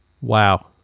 wow